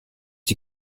die